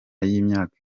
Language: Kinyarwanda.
y’imyaka